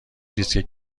دیسک